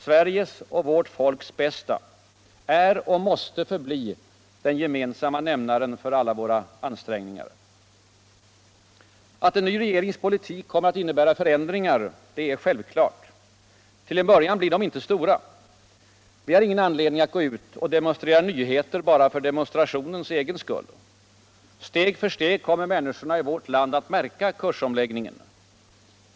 Sveriges och vårt fölks bästa är och mäste förbli den gemensamma nämnaren för alla våra ansträngningar. A en ny regerings politik kommer att innebära förändringar är självklart. Till en början blir de inte stora. Vi har imgen anledning at gå ut och demonstrera nyheter bara för demonstrationens egen skull. Steg för steg kommer miänniskorna I värt land att nrirka kursomläggningen.